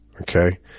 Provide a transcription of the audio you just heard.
Okay